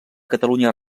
catalunya